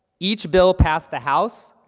each bill passed the house,